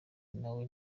nawe